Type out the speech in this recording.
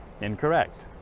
incorrect